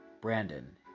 Brandon